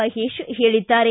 ಮಹೇಶ ಹೇಳಿದ್ದಾರೆ